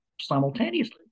simultaneously